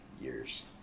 years